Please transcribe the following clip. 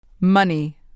Money